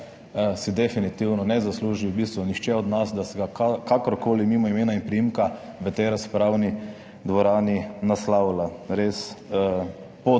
si definitivno ne zasluži, v bistvu nihče od nas, da se ga kakorkoli mimo imena in priimka v tej razpravni dvorani naslavlja. Res pod